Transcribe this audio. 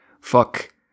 fuck